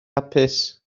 hapus